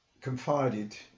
confided